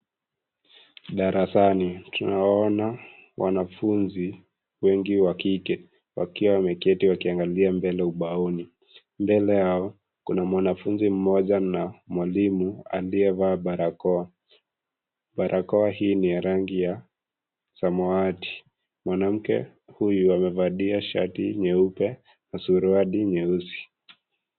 Darasani tunawaona wanafunzi wengi wa kike wakiwa wameketi wakiangalia mbele ubaoni. Mbele yao kuna mwanafunzi mmoja na mwalimu aliyevaa barakoa. Barakoa hii ni ya rangi ya samawati. Mwanamke huyu amevalia shati nyeupe na suruali nyeusi.